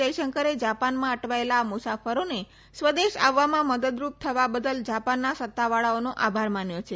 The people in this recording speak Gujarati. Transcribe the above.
જયશંકરે જાપાનમાં અટવાયેલા આ મુસાફરોને સ્વદેશ આવવામાં મદદરૂપ થવા બદલ જાપાનના સત્તાવાળાઓનો આભાર માન્યો છે